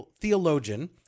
theologian